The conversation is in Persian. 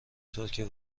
ترکیه